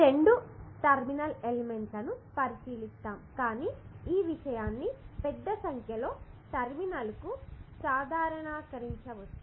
రెండు టెర్మినల్ ఎలిమెంట్లను పరిశీలిస్తాము కానీ ఈ విషయాన్ని పెద్ద సంఖ్యలో టెర్మినల్కు సాధారణీకరించవచ్చు